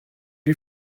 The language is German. die